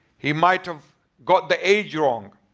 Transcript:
he might have got the age wrong.